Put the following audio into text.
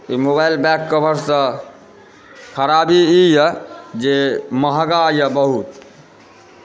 ई mobile बैककवरसँ खराबी ईए जे महग यऽ बहुत